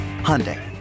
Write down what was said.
Hyundai